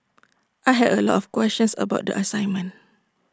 I had A lot of questions about the assignment